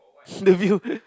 the view